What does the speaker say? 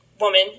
woman